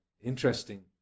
interesting